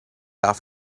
off